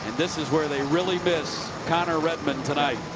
this is where they really miss kind of red mont tonight.